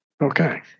Okay